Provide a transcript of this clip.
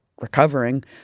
recovering